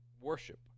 worship